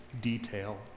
detail